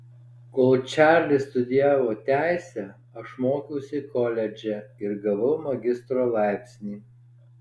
kol čarlis studijavo teisę aš mokiausi koledže ir gavau magistro laipsnį